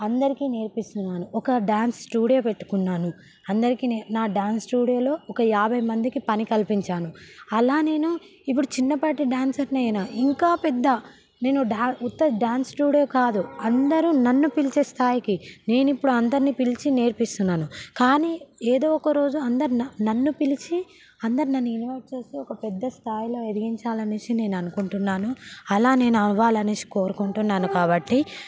అందరికీ నేర్పిస్తున్నాను ఒక డాన్స్ స్టూడియో పెట్టుకున్నాను అందరికీ నే నా డాన్స్ స్టూడియోలో ఒక యాభై మందికి పని కల్పించాను అలా నేను ఇప్పుడు చిన్నపాటి డాన్సర్ అయినా ఇంకా పెద్ద నేను డాన్స్ ఉత్త డాన్స్ స్టూడియో కాదు అందరూ నన్ను పిలిచే స్థాయికి నేను ఇప్పుడు అందరిని పిలిచి నేర్పిస్తున్నాను కానీ ఏదో ఒక రోజు అందరు నన్ను పిలిచి అందరిని ఇన్వైట్ చేసి ఒక పెద్ద స్థాయిలో ఎదిగించాలి అనేసి నేను అనుకుంటున్నాను అలా నేను అవ్వాలి అనేసి కోరుకుంటున్నాను కాబట్టి